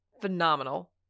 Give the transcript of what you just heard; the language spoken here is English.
phenomenal